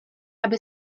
aby